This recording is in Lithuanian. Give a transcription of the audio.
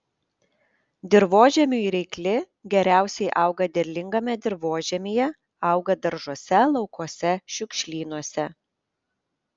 dirvožemiui reikli geriausiai auga derlingame dirvožemyje auga daržuose laukuose šiukšlynuose